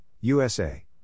USA